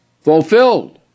Fulfilled